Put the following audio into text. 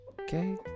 okay